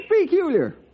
peculiar